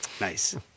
Nice